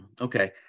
Okay